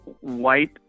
white